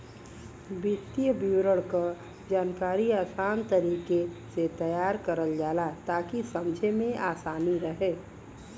वित्तीय विवरण क जानकारी आसान तरीके से तैयार करल जाला ताकि समझे में आसानी रहे